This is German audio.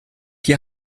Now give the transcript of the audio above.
die